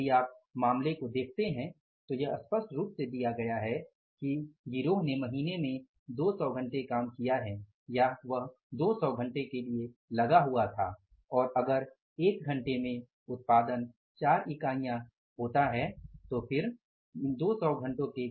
यदि आप मामले को देखते हैं तो यह स्पष्ट रूप से दिया गया है कि गिरोह महीने में 200 घंटे के लिए लगा हुआ था और अगर 1 घंटे के उत्पादन के दौरान 4 इकाइयां हैं तो इसका मतलब है कि मानक उत्पादन 800 इकाइयों का था